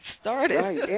started